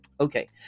Okay